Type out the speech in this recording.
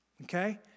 Okay